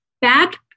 back